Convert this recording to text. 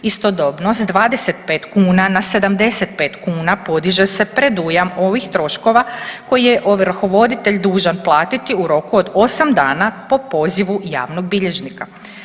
Istodobno s 25 kuna na 75 kuna podiže se predujam ovih troškova koji je ovrhovoditelj dužan platiti u roku od osam dana po pozivu javnog bilježnika.